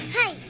Hey